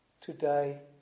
today